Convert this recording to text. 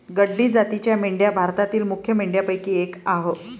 गड्डी जातीच्या मेंढ्या भारतातील मुख्य मेंढ्यांपैकी एक आह